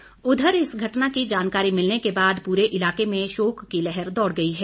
तिलक राज उधर इस घटना की जानकारी मिलने के बाद पूरे इलाके में शोक की लहर दौड़ गई है